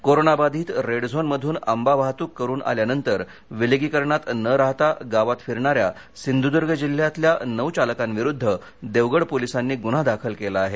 corona बाधित red zone मधून आंबा वाहतूक करून आल्यानंतर विलगीकरणात न राहता गावात फिरणाऱ्या सिंधुदुर्ग जिल्ह्यातल्या नऊ चालकांविरुद्ध देवगड पोलिसांनी गुन्हा दाखल केला आहे